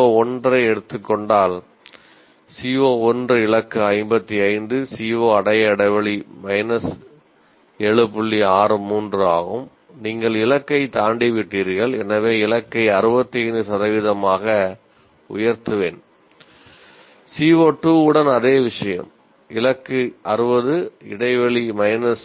CO1 ஐ நீங்கள் எடுத்துக்கொண்டால் CO1 இலக்கு 55 CO அடைய இடைவெளி மைனஸ்